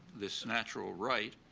this natural right,